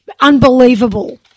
Unbelievable